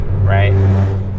right